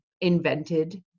invented